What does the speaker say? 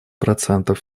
процентов